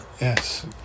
Yes